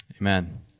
Amen